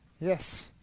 Yes